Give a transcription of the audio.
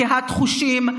קהת חושים,